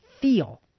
feel